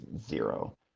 Zero